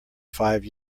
five